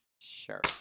sure